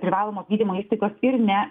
privalomos gydymo įstaigos ir ne